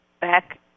back